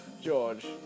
George